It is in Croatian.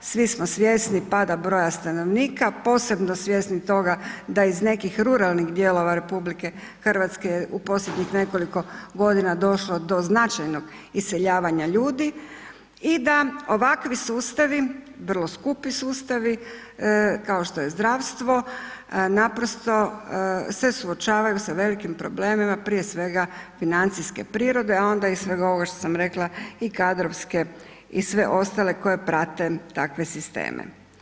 Svi smo svjesni pada broja stanovnika, posebno svjesni toga da je iz nekih ruralnih dijelova Republike Hrvatske u posljednjih nekoliko godina došlo do značajnog iseljavanja ljudi i da ovakvi sustavi vrlo skupi sustavi kao što je zdravstvo naprosto se suočavaju sa velikim problemima prije svega financijske prirode a onda i svega ovoga što sam rekla i kadrovske i sve ostale koje prate takve sisteme.